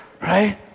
right